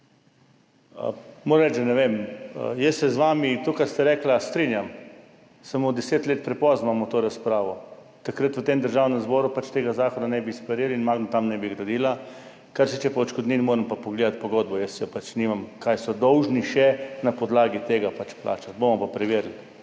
reči, da ne vem. Jaz se z vami o tem, kar ste rekli, strinjam, samo 10 let prepozno imamo to razpravo. Takrat v Državnem zboru pač tega zakona ne bi sprejeli in Magna tam ne bi gradila. Kar se tiče odškodnin, moram pa pogledati pogodbo, jaz je pač nimam, kaj so dolžni še na podlagi tega plačati. Bomo preverili.